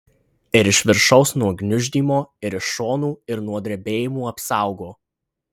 ir iš viršaus nuo gniuždymo ir iš šonų ir nuo drebėjimų apsaugo